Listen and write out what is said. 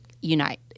unite